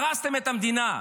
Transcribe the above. הרסתם את המדינה.